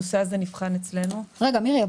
הנושא הזה נבחן אצלנו --- אבל מירי,